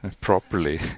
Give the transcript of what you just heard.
properly